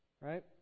right